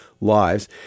lives